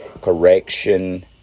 correction